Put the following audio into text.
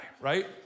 right